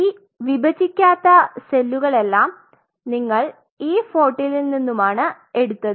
ഈ വിഭജിക്കാത്ത സെല്ലുകളെല്ലാം നിങ്ങൾ E14 ൽനിന്നുമാണ് എടുത്തത്